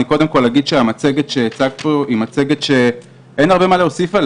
אני קודם כל אגיד שאין הרבה מה להוסיף על